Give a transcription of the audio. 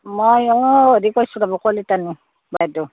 মই অঁ হেৰি কৈছোঁ ৰ'ব কলিতানী বাইদেউ